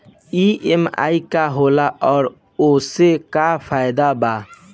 EMI का होला और ओसे का फायदा बा?